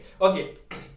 Okay